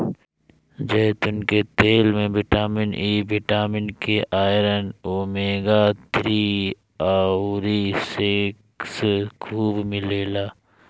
जैतून के तेल में vitamin E, vitamin K, iron, omega three अउरी सिक्स खूब मिलेला